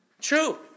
True